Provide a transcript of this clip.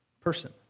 person